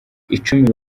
icumi